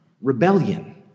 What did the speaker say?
rebellion